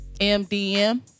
MDM